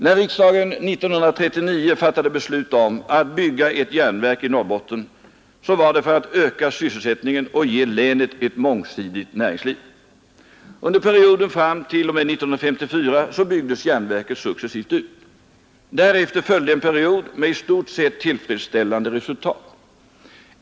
När riksdagen 1939 fattade beslut om att bygga ett järnverk i Norrbotten var det för att öka sysselsättningen och ge länet ett mångsidigt näringsliv. Under perioden fram t.o.m. 1954 byggdes järnverket successivt ut. Därefter följde en period med i stort sett tillfredsställande resultat.